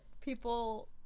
people